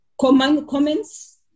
comments